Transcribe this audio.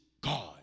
God